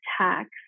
tax